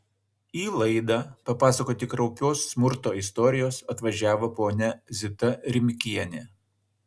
į laidą papasakoti kraupios smurto istorijos atvažiavo ponia zita rimkienė